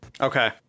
Okay